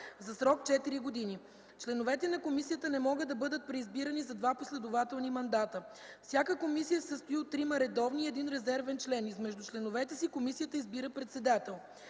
за срок четири години. Членовете на комисията не могат да бъдат преизбирани за два последователни мандата. Всяка комисия се състои от трима редовни и един резервен член. Измежду членовете си комисията избира председател.